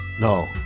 No